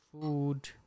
food